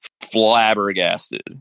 flabbergasted